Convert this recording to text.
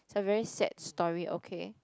it's a very sad story okay